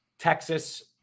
texas